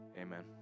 Amen